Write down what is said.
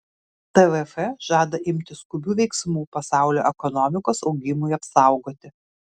tvf žada imtis skubių veiksmų pasaulio ekonomikos augimui apsaugoti